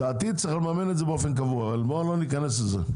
לדעתי צריך לממן את זה באופן קבוע אבל בואו לא ניכנס לזה.